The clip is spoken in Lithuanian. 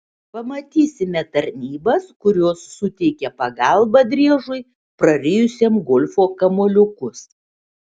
pamatysime tarnybas kurios suteikia pagalbą driežui prarijusiam golfo kamuoliukus